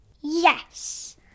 Yes